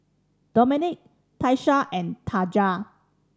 Domenic Tyesha and Taja